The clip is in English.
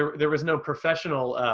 ah there was no professional.